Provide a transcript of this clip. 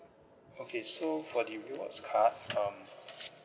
okay so for the rewards card um